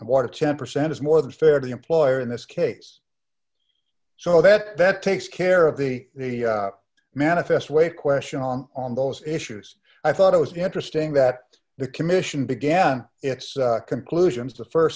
water ten percent is more than fair to the employer in this case so that that takes care of the manifest way question on on those issues i thought it was interesting that the commission began its conclusions the